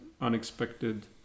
unexpected